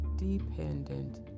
Dependent